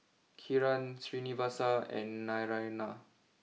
Kiran Srinivasa and Naraina